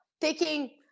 taking